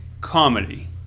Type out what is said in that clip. comedy